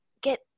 get